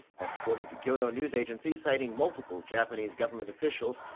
that's according to kyodo news agency, citing multiple japanese government officials.